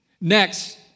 Next